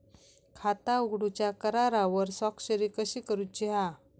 खाता उघडूच्या करारावर स्वाक्षरी कशी करूची हा?